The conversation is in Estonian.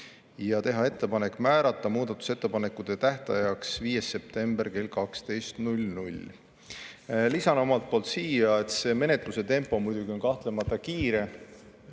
ja teha ettepanek määrata muudatusettepanekute tähtajaks 5. september kell 12. Lisan omalt poolt, et menetluse tempo on kahtlemata kiire.